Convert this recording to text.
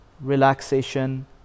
relaxation